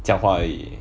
讲话而已